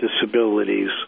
disabilities